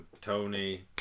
Tony